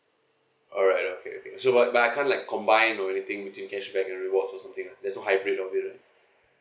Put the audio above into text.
alright okay okay so like but I can't like combine or anything between cashback and rewards or something there's no hybrid of it right